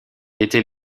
était